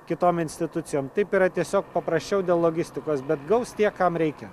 kitom institucijom taip yra tiesiog paprasčiau dėl logistikos bet gaus tie kam reikia